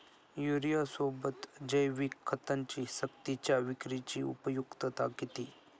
युरियासोबत जैविक खतांची सक्तीच्या विक्रीची उपयुक्तता किती?